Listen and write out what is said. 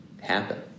happen